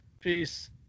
Peace